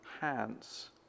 hands